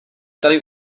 tady